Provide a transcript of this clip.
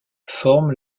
forme